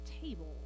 table